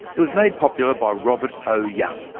it was made popular by robert o. young.